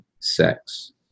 sex